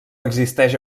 existeix